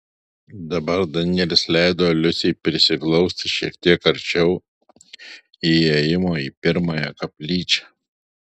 dabar danielis leido liusei prisiglausti šiek tiek arčiau įėjimo į pirmąją koplyčią